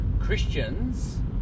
Christians